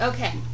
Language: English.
Okay